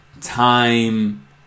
time